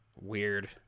Weird